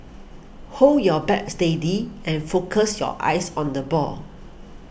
hold your bat steady and focus your eyes on the ball